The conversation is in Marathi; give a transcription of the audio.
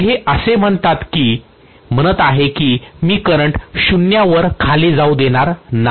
तर हे असे म्हणत आहे की मी करंट 0 वर खाली जाऊ देणार नाही